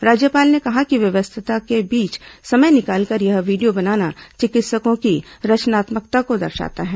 राज्यपाल ने कहा कि व्यस्तता के बीच समय निकालकर यह वीडियो बनाना चिकित्सकों की रचनात्मकता को दर्शाता है